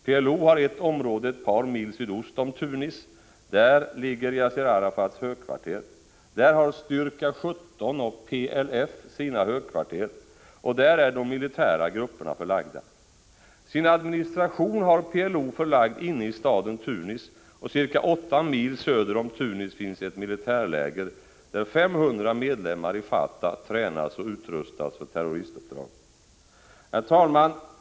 PLO har ett område ett par mil sydost om Tunis. Där ligger Yassir Arafats högkvarter. Där har Styrka 17 och PLF sina högkvarter, och där är de militära grupperna förlagda. Sin administration har PLO förlagd inne i staden Tunis, och ca 8 mil söder om Tunis finns ett militärläger, där 500 medlemmar i Fatha tränas och utrustas för terroristuppdrag. Herr talman!